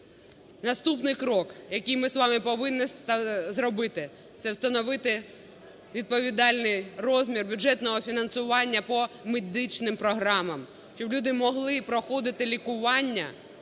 Наступний крок, який ми з вами повинні зробити, це встановити відповідальний розмір бюджетного фінансування по медичним програмам, щоб люди могли проходити лікування